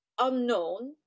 unknown